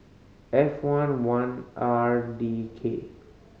F four one R D K